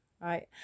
right